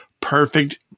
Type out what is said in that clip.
perfect